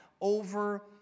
over